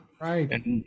Right